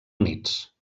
units